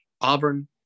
Auburn